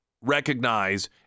recognize